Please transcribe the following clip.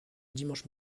dimanche